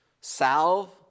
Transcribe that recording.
Salve